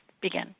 begin